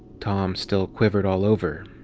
tommy still quivered all over.